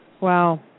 Wow